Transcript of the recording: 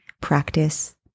practice